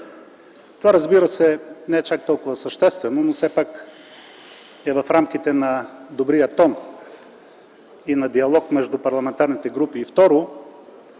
Разбира се, това не е чак толкова съществено, но все пак е в рамките на добрия тон и диалог между парламентарните групи. Второ,